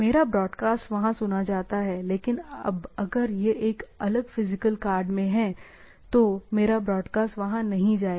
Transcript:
मेरा ब्रॉडकास्ट वहां सुना जाता है लेकिन अब अगर यह एक अलग फिजिकल कार्ड मैं है तो मेरा ब्रॉडकास्ट वहां नहीं जाएगा